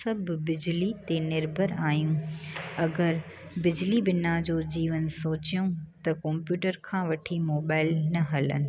सभु बिजली ते निर्भर आहियूं अगरि बिजली बिना जो जीवन सोचियूं त कंप्यूटर खां वठी मोबाइल न हलनि